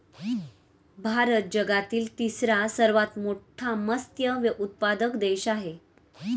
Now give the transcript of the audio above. भारत जगातील तिसरा सर्वात मोठा मत्स्य उत्पादक देश आहे